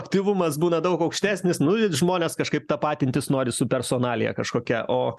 aktyvumas būna daug aukštesnis nu žmonės kažkaip tapatintis nori su personalija kažkokia o